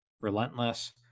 relentless